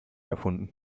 erfunden